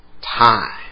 time